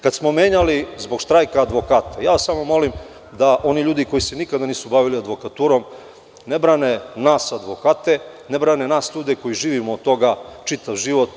Kada smo menjali zbog štrajka advokata, samo molim one ljude, koji se nikada nisu bavili advokaturom, da ne brane nas advokate, nas ljude koji živimo od toga čitav život.